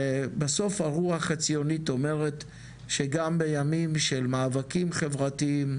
ובסוף הרוח הציונית אומרת שגם בימים של מאבקים חברתיים,